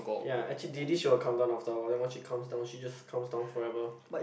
ya actually D D she will come down after a while then once she comes down she just comes down forever